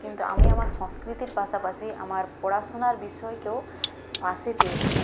কিন্তু আমি আমার সংস্কৃতির পাশাপাশি আমার পড়াশোনার বিষয়কেও পাশে পেয়েছি